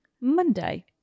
Monday